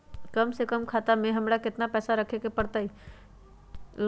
कम से कम खाता में हमरा कितना पैसा रखे के परतई?